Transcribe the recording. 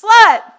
Slut